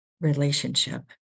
relationship